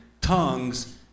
tongues